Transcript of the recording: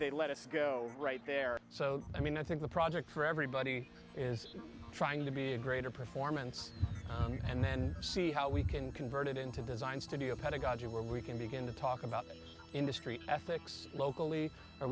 let us go right there so i mean i think the project for everybody is trying to be a greater performance and then see how we can convert it into design studio pedagogic where we can begin to talk about industry ethics locally